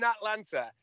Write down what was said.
Atlanta